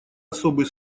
особый